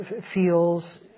feels